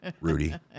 Rudy